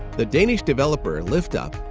the danish developer, liftup,